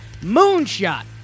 Moonshot